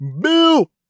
Bill